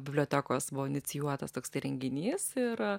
bibliotekos buvo inicijuotas toksai renginys ir